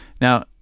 Now